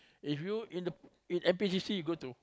if you in in N_P_C_C you go to